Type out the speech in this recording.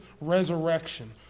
resurrection